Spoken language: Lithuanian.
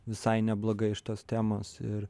visai neblogai iš tos temos ir